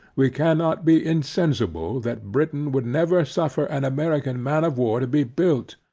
we cannot be insensible, that britain would never suffer an american man of war to be built,